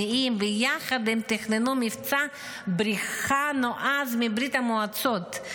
ויחד הם תכננו מבצע בריחה נועז מברית המועצות,